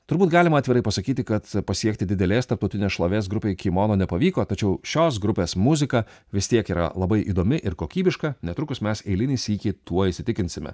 turbūt galima atvirai pasakyti kad pasiekti didelės tarptautinės šlovės grupei kimono nepavyko tačiau šios grupės muzika vis tiek yra labai įdomi ir kokybiška netrukus mes eilinį sykį tuo įsitikinsime